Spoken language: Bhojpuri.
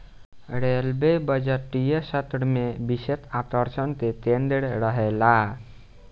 रेलवे बजटीय सत्र में विशेष आकर्षण के केंद्र रहेला